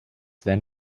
then